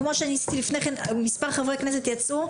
כמו שלפני כן מספר חברי כנסת יצאו,